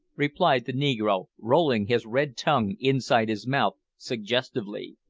replied the negro, rolling his red tongue inside his mouth suggestively.